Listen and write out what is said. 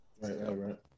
Right